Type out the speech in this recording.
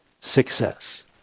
success